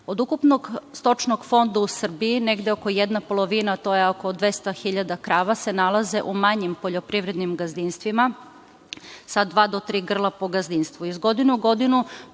Od ukupnog stočnog fonda u Srbiji, negde oko jedne polovine, a to je oko 200 hiljada krava se nalaze u manjim poljoprivrednim gazdinstvima, sa dva do tri grla po gazdinstvu.